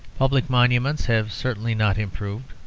public monuments have certainly not improved,